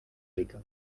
rica